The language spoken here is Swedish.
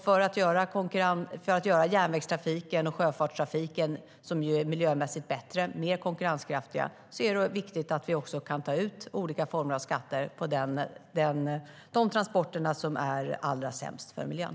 För att göra järnvägstrafiken och sjöfartstrafiken, som ju är miljömässigt bättre, mer konkurrenskraftiga, är det viktigt att vi också kan ta ut olika former av skatter på de transporter som är allra sämst för miljön.